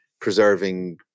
preserving